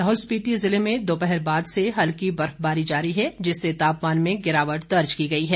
लाहौल स्पिति जिले में दोपहर बाद से हल्की बर्फबारी जारी है जिससे तापमान में गिरावट दर्ज की गई है